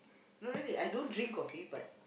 no really I don't drink coffee but